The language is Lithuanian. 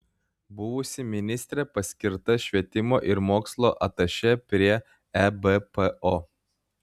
buvusi ministrė paskirta švietimo ir mokslo atašė prie ebpo